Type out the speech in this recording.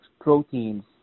proteins